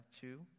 two